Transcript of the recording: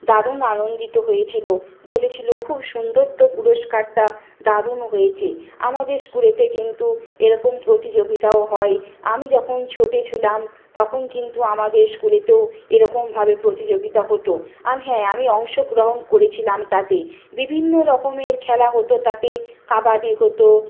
দারুণ আনন্দিত হয়েছিল বলেছিল খুব সুন্দর তো পুরস্কারটা দারুণ হয়েছে আমাদের স্কুলেতে কিন্তু এরকম প্রতিযোগিতাও হয় আমি যখন ছোটো ছিলাম তখন কিন্তু আমাদের স্কুলেতেও এরকমভাবে প্রতিযোগিতা হতো আর হ্যাঁ আমি অংশগ্রহণ করেছিলাম তাতে বিভিন্ন রকমের খেলা হতো তাতে কাবাডি হতো